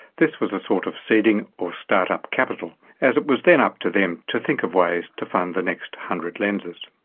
this was a sort of seeding or start-up capital as it was then up to them to think of ways to fund the next one hundred lenses.